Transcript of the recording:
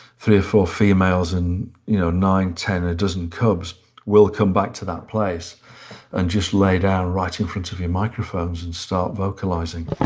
three or four females and you know nine, ten or a dozen cubs will come back to that place and just lay down right in front of your microphones and start vocalizing